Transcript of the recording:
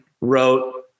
wrote